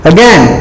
Again